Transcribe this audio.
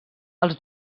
els